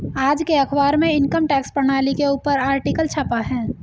आज के अखबार में इनकम टैक्स प्रणाली के ऊपर आर्टिकल छपा है